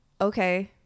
okay